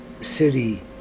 City